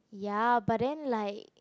ya but then like